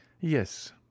Yes